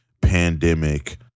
pandemic